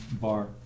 Bar